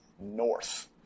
North